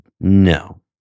no